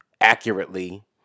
accurately